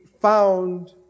found